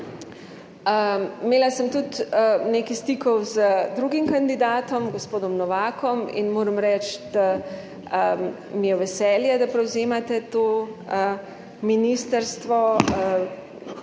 Imela sem tudi nekaj stikov z drugim kandidatom gospodom Novakom, in moram reči, da mi je v veselje, da prevzemate to ministrstvo.